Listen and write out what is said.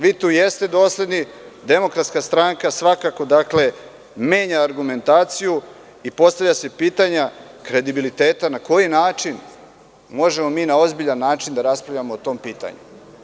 Vi tu jeste dosledni, a Demokratska stranka svakako menja argumentaciju i postavlja se pitanje kredibiliteta - na koji ozbiljan način možemo da raspravljamo o tom pitanju?